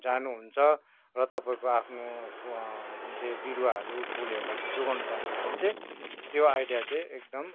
जानु हुन्छ र तपाईँको आफ्नो फो जुन चाहिँ बिरुवाहरू फुलहरूलाई चाहिँ जोगाउनु चाहनु हुन्छ भने चाहिँ त्यो आइडिया चाहिँ एकदम